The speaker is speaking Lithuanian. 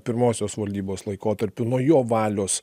pirmosios valdybos laikotarpiu nuo jo valios